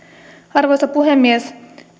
arvoisa puhemies